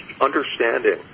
understanding